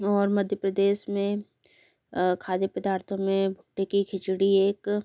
और मध्य प्रदेश में खाद्य पदार्थों में तीखी खिचड़ी एक